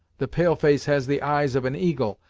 the pale-face has the eyes of an eagle,